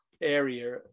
area